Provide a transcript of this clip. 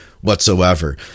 Whatsoever